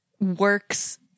works